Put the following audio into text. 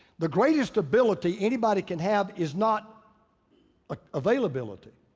the greatest ability anybody can have is not availability.